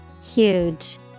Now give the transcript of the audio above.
Huge